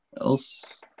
else